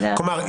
כלומר,